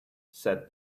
said